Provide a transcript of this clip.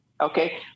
Okay